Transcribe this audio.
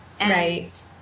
right